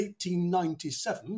1897